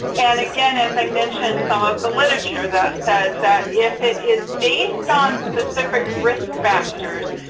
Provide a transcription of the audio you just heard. and again, as i mentioned, some of the literature that says that if it is based on specific risk factors,